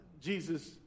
Jesus